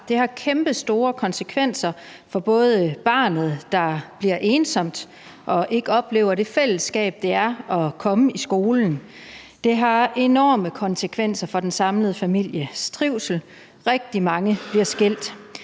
det har kæmpestore konsekvenser for barnet, der bliver ensomt og ikke oplever det fællesskab, der ligger i at komme i skolen, og det har enorme konsekvenser for den samlede families trivsel. Rigtig mange bliver skilt,